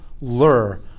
lure